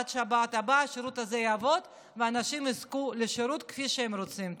עד שבת הבאה השירות הזה יעבוד ואנשים יזכו לשירות כפי שהם רוצים.